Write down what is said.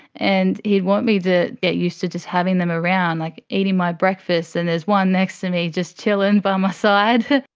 and he'd want me to get used to just having them around. like eating my breakfast and there's one next to me, just chillin' by my um side!